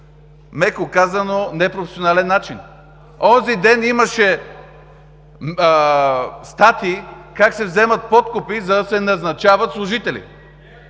меко казано, непрофесионален начин. Онзи ден имаше статии как се вземат подкупи, за да се назначават служители.